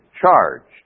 charged